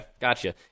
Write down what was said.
gotcha